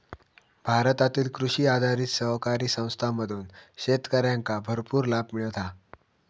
भारतातील कृषी आधारित सहकारी संस्थांमधून शेतकऱ्यांका भरपूर लाभ मिळता हा